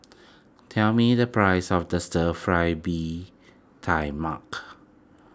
tell me the price of the Stir Fry Bee Tai Mak